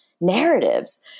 narratives